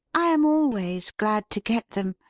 i am always glad to get them,